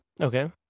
Okay